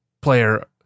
player